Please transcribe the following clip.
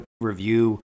review